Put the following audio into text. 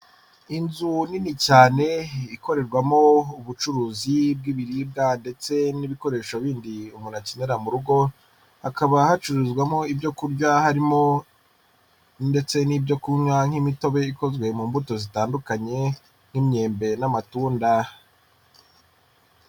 Inzu nini cyane ikorerwamo ubucuruzi bw'ibiribwa ndetse n'ibikoresho bindi umuntu akenera mu rugo, hakaba hacururizwamo ibyo kurya harimo ndetse n'ibyo kunywa nk'imitobe ikozwe mu mbuto zitandukanye n'imyembe n'amatunda.